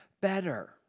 better